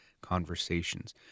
conversations